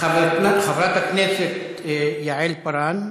חברת הכנסת יעל כהן-פארן,